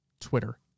Twitter